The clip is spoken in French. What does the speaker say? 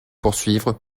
poursuivre